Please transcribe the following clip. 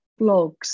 blogs